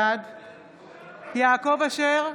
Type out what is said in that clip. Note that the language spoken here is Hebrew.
בעד יעקב אשר,